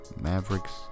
Mavericks